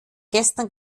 gestern